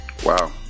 Wow